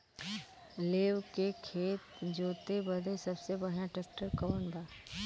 लेव के खेत जोते बदे सबसे बढ़ियां ट्रैक्टर कवन बा?